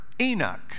Enoch